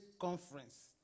conference